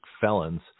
felons